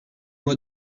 moi